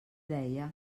deia